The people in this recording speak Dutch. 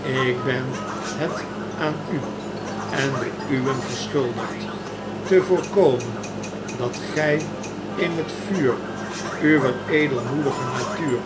ik ben het aan u en de uwen verschuldigd te voorkomen dat gij in het vuur uwer edelmoedige natuur